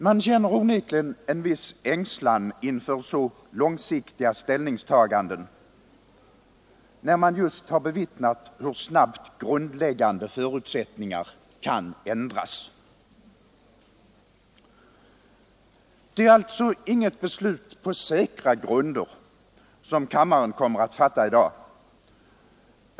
Man känner onekligen en viss ängslan inför så långsiktiga ställningstaganden, när man just bevittnat hur snabbt grundläggande förutsättningar kan ändras. Det är alltså inget beslut på säkra grunder som kammaren kommer att fatta i dag.